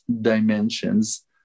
dimensions